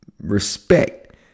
respect